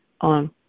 on